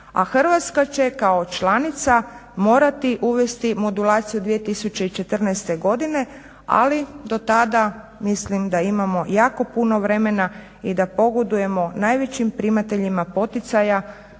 Hrvatska će kao članica morati uvesti modulaciju 2014. godine, ali do tada mislim da imamo jako puno vremena i da pogodujemo najvećim primateljima poticaja